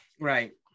Right